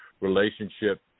relationship